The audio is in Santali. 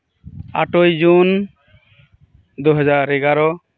ᱟᱴᱮᱭ ᱡᱩᱱ ᱫᱩᱦᱟᱡᱟᱨ ᱮᱜᱟᱨᱚ